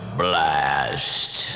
blast